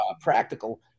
practical